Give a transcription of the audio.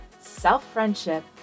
self-friendship